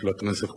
של הכנסת כולה.